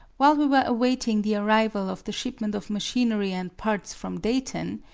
while we were awaiting the arrival of the shipment of machinery and parts from dayton,